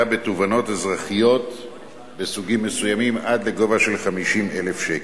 בתובענות אזרחיות בסוגים מסוימים עד לסכום של 50,000 שקל.